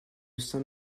saint